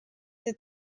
that